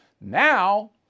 now